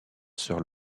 sœur